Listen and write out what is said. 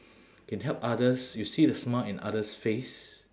can help others you see the smile in others' face